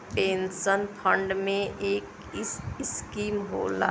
pension fund में एक scheme होला